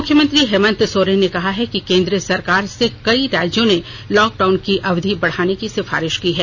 मुख्यमंत्री हेमंत सोरेन ने कहा है कि केन्द्र सरकार से कई राज्यों ने लॉकडाउन की अवधि बढ़ाने की सिफारिष की है